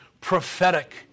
prophetic